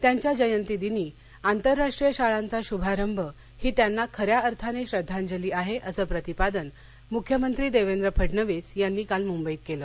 त्यांच्या जयंतीदिनी आंतरराष्ट्रीय शाळांचा श्भारंभ ही त्यांना खन्या अर्थानं श्रद्वांजली आहे असं प्रतिपादन मुख्यमंत्री देवेंद्र फडणवीस यांनी काल मुंबईत केलं